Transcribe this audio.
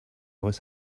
was